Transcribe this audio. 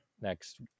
next